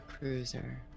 Cruiser